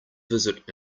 visit